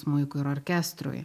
smuikui ir orkestrui